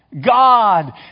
God